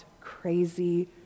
crazy